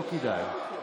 לא כדאי.